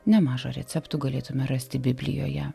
nemaža receptų galėtume rasti biblijoje